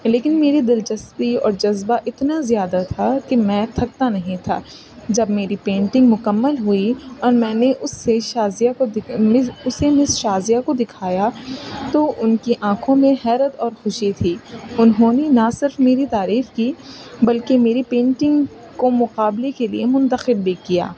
لیکن میری دلچسپی اور جذبہ اتنا زیادہ تھا کہ میں تھکتا نہیں تھا جب میری پینٹنگ مکمل ہوئی اور میں نے اس سے شازیہ کو د اسے مس شازیہ کو دکھایا تو ان کی آنکھوں میں حیرت اور خوشی تھی انہوں نے نہ صرف میری تعریف کی بلکہ میری پینٹنگ کو مقابلے کے لیے منتخب بھی کیا